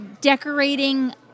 decorating